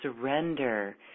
surrender